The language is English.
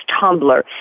Tumblr